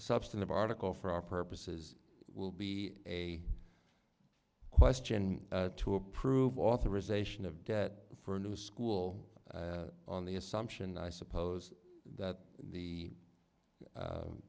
substantive article for our purposes will be a question to approve authorization of debt for a new school on the assumption i suppose that the